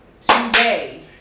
today